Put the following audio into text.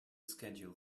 schedule